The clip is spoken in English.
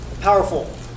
Powerful